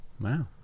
Wow